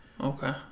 okay